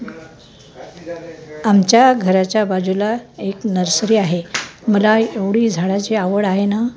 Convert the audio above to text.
आमच्या घराच्या बाजूला एक नर्सरी आहे मला एवढी झाडाची आवड आहे ना